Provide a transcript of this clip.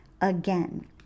again